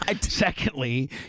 Secondly